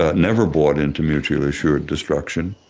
ah never bought into mutually assured destruction.